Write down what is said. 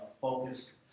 focus